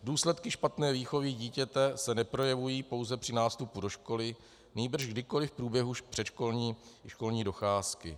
Důsledky špatné výchovy dítěte se neprojevují pouze při nástupu do školy, nýbrž kdykoli v průběhu předškolní docházky.